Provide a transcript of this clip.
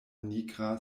nigra